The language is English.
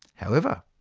however,